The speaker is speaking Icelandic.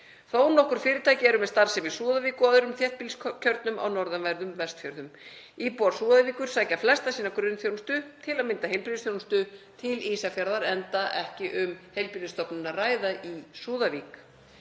Þónokkur fyrirtæki eru með starfsemi í Súðavík og á öðrum þéttbýliskjörnum á norðanverðum Vestfjörðum. Íbúar Súðavíkur sækja flesta sína grunnþjónustu, til að mynda heilbrigðisþjónustu, til Ísafjarðar, enda ekki um heilbrigðisstofnun að ræða í Súðavík.